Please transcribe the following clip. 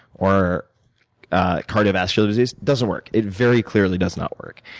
or cardiovascular disease doesn't work. it very clearly does not work.